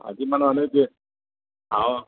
అది మనం అనేది ఆ